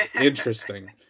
interesting